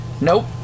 nope